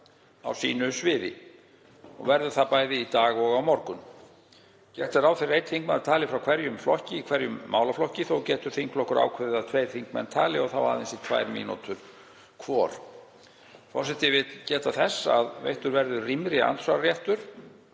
á sínu sviði. Verður það bæði í dag og á morgun. Gert er ráð fyrir að einn þingmaður tali frá hverjum flokki í hverjum málaflokki. Þó geta þingflokkar ákveðið að tveir þingmenn tali og þá aðeins í tvær mínútur hvor. Forseti vill geta þess að veittur verður rýmri andsvararéttur